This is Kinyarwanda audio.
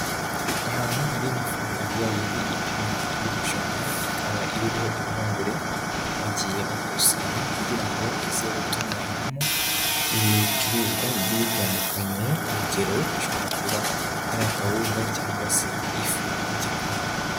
Ahantu hari imifuka ya yindi ipima ibiro ijana, ikaba irimo impungure bagiye bakusanya kugira ngo zige gutunganywamo ibicuruzwa bigiye bitandukanye, urugero bishobora kuba ari akawunga cyangwa se ifu y'igikoma.